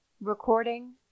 recording